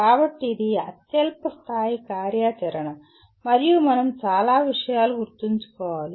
కాబట్టి ఇది అత్యల్ప స్థాయి కార్యాచరణ మరియు మనం చాలా విషయాలు గుర్తుంచుకోవాలి